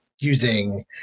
using